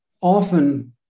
often